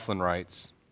writes